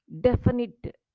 definite